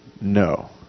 no